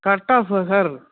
cut off ஆ sir